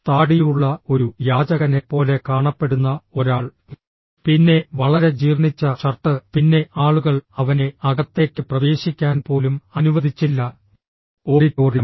താടിയുള്ള ഒരു യാചകനെപ്പോലെ കാണപ്പെടുന്ന ഒരാൾ പിന്നെ വളരെ ജീർണിച്ച ഷർട്ട് പിന്നെ ആളുകൾ അവനെ അകത്തേക്ക് പ്രവേശിക്കാൻ പോലും അനുവദിച്ചില്ല ഓഡിറ്റോറിയം